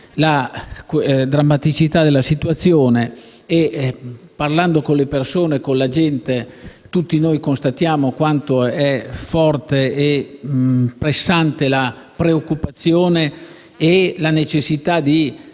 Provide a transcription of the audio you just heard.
la drammaticità della situazione e, parlando con la gente, tutti noi constatiamo quanto siano forti e pressanti la preoccupazione e la necessità di avere